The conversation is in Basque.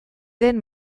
den